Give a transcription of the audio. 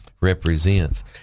represents